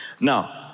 Now